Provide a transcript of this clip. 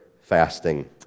fasting